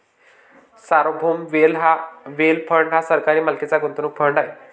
सार्वभौम wealth fund हा सरकारी मालकीचा गुंतवणूक फंड आहे